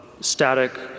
static